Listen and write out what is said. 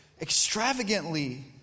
extravagantly